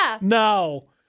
No